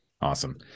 Awesome